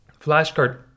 flashcard